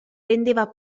rendeva